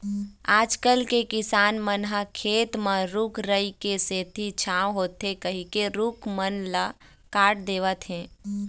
आजकल के किसान मन ह खेत म रूख राई के सेती छांव होथे कहिके रूख मन ल काट देवत हें